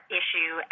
issue